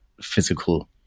physical